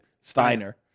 Steiner